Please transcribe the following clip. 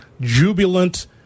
jubilant